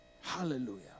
Hallelujah